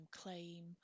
claim